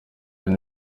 hari